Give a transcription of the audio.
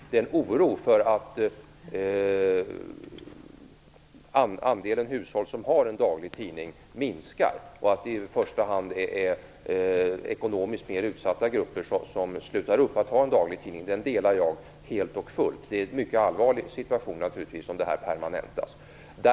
Den oro för att andelen hushåll som har en daglig tidning minskar och att det i första hand är ekonomiskt mer utsatta grupper som slutar med sin dagliga tidning, delar jag helt och fullt. Situationen blir naturligtvis mycket allvarlig om det här permanentas.